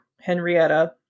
Henrietta